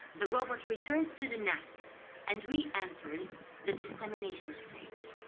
the robot returns to the nest and reinterests the dissemination state.